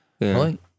right